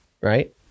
right